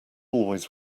always